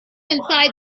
inside